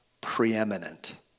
preeminent